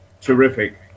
terrific